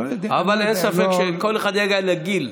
אבל אין ספק שכל אחד יגיע לגיל.